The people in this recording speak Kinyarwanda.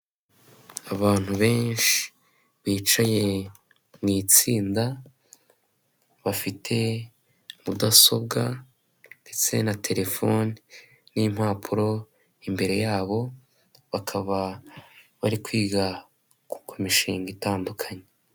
Abantu benshi bicaye mu itsinda bafite mudasobwa ndetse na terefone n'impapuro imbere yabo, bakaba bari kwiga ku mishinga itandukanye.